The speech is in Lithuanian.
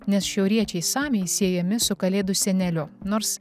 nes šiauriečiai samiai siejami su kalėdų seneliu nors